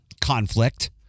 conflict